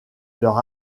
leur